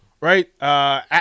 Right